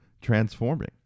transforming